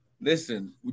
listen